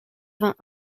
vingt